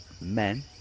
men